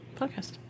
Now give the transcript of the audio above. podcast